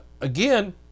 again